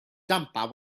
jumper